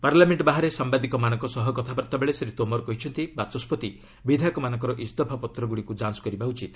parliament ବାହାରେ ସାମ୍ବାଦିକମାନଙ୍କ ସହ କଥାବର୍ତ୍ତାବେଳେ ଶ୍ରୀ ତୋମର୍ କହିଛନ୍ତି ବାଚସ୍କତି ବିଧାୟକମାନଙ୍କ ଇସ୍ତଫା ପତ୍ରଗୁଡ଼ିକୁ ଯାଞ୍ଚ କରିବା ଉଚିତ